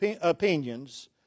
opinions